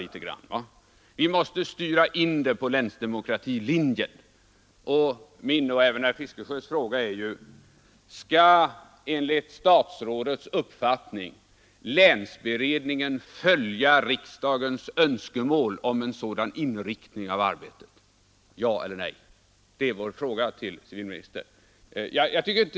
Vi måste styra in det på länsdemokratilinjen. Min och även herr Fiskesjös fråga är: Skall enligt statsrådets uppfattning länsberedningen följa riksdagens önskemål om en sådan inriktning av arbetet — ja eller nej? Det är vår fråga till civilministern.